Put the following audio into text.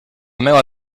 meua